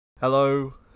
Hello